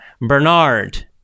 Bernard